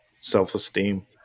self-esteem